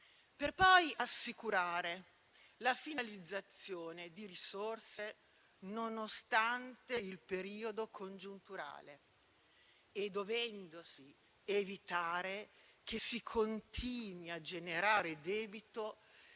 per poi assicurare la finalizzazione di risorse, nonostante il periodo congiunturale, e dovendosi evitare che si continui a generare debito